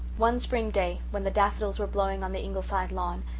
one spring day, when the daffodils were blowing on the ingleside lawn,